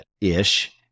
ish